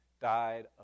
Died